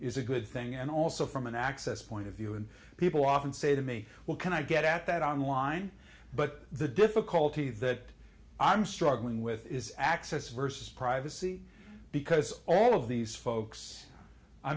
is a good thing and also from an access point of view and people often say to me well can i get at that on line but the difficulty that i'm struggling with is access versus privacy because all of these folks i